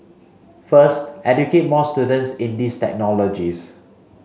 first educate more students in these technologies